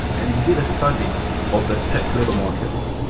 and you did a study of the tech labor market,